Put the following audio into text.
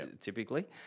typically